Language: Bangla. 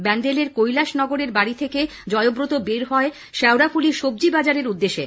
ব্যান্ডেলের কৈলাশনগরের বাড়ী থেকে জয়ব্রত বের হয় শেওড়াফুলি সবজি বাজারের উদ্দেশে